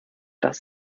das